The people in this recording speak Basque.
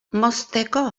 mozteko